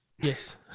Yes